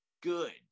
good